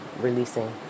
releasing